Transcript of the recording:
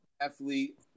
athlete